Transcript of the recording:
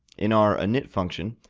in our init function,